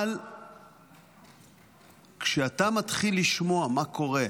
אבל כשאתה מתחיל לשמוע מה קורה,